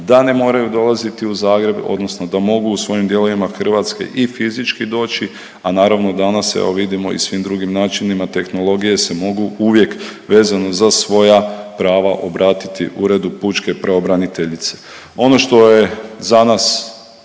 da ne moraju dolaziti u Zagreb odnosno da mogu u svojim dijelovima Hrvatske i fizički doći, a naravno danas evo vidimo i svim drugim načinima tehnologije se mogu uvijek vezano za svoja prava obratiti Uredu pučke pravobraniteljice. Ono što je za nas